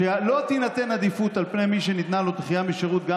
שלא תינתן עדיפות על פני "מי שניתנה לו דחייה משירות גם